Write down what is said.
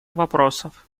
вопросов